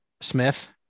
Smith